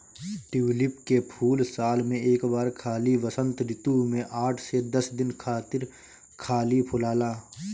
tulip के फूल साल में एक बार खाली वसंत ऋतू में आठ से दस दिन खातिर खाली फुलाला